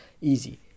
easy